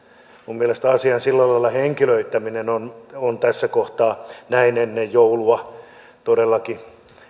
mielestäni asian sillä lailla henkilöittäminen on on tässä kohtaa näin ennen joulua todellakin